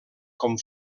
com